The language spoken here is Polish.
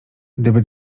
gdyby